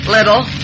Little